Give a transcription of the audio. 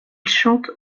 chante